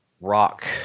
rock